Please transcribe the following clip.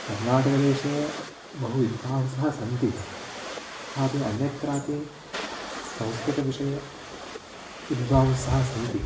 कर्नाटकदेशे बहु विद्वांसः सन्ति सापि अन्यत्रापि संस्कृतविषये विद्वांसः सन्ति